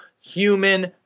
human